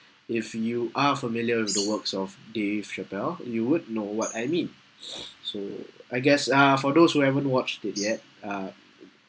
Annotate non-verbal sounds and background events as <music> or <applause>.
if you are familiar with the works of dave chappelle you would know what I mean <noise> so I guess ah for those who haven't watched it yet uh